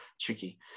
tricky